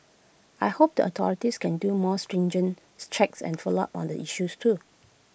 I hope the authorities can do more stringent checks and follow up on the issues too